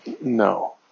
No